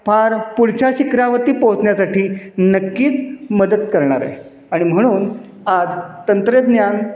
फार पुढच्या शिखरावरती पोहचण्यासाठी नक्कीच मदत करणार आहे आणि म्हणून आज तंत्रज्ञान